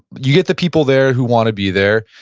you get the people there who want to be there.